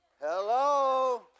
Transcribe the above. Hello